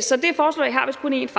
Så det forslag har vist kun en far,